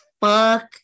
fuck